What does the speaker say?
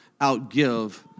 outgive